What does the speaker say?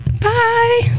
bye